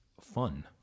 fun